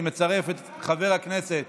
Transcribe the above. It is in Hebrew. אני מצרף את חבר הכנסת